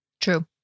True